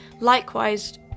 Likewise